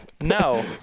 No